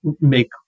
make